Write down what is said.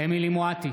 אמילי חיה מואטי,